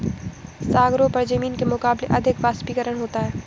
सागरों पर जमीन के मुकाबले अधिक वाष्पीकरण होता है